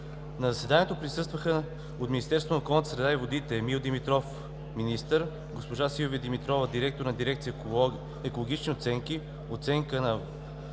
На заседанието присъстваха от Министерството на околната среда и водите: господин Емил Димитров – министър; госпожа Силвия Димитрова – директор на дирекция „Екологична оценка, оценка на